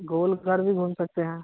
गोलघर भी घूम सकते हैं